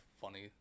funny